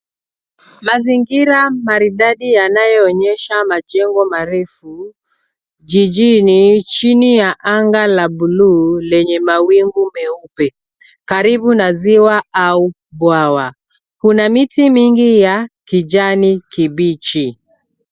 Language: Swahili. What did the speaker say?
Mazingira maridadi yanayoonyesha majengo marefu jijini chini ya anga la bluu lenye mawingu meupe karibu na ziwa au bwawa. Kuna miti mingi ya kijani kibichi.